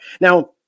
Now